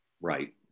right